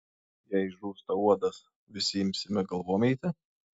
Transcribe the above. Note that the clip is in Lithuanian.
jei žūsta uodas visi imsime galvom eiti